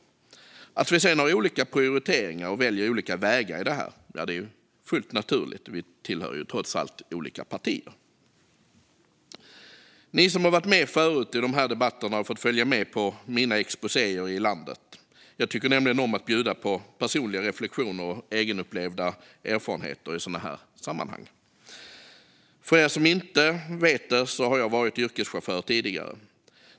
Att vi sedan har olika prioriteringar och väljer olika vägar i det här är ju fullt naturligt - vi tillhör trots allt olika partier. Ni som har varit med förut i de här debatterna har fått följa med på mina exposéer i landet. Jag tycker nämligen om att bjuda på personliga reflektioner och egenupplevda erfarenheter i sådana här sammanhang. För er som inte vet det kan jag nämna att jag har varit yrkeschaufför tidigare.